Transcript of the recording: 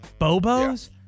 Bobos